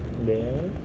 what else